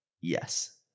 yes